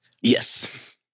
Yes